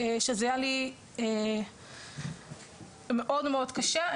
שזה היה לי מאוד מאוד קשה.